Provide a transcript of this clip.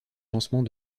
lancement